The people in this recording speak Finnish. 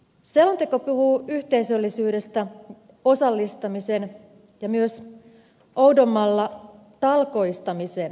selonteko puhuu yhteisöllisyydestä osallistamisen ja myös oudommalla talkoistamisen käsitteellä